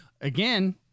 Again